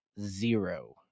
zero